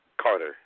Carter